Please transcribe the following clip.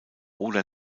oder